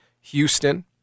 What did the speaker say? Houston